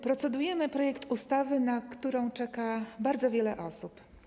Procedujemy nad projektem ustawy, na którą czeka bardzo wiele osób.